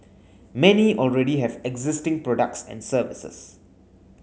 many already have existing products and services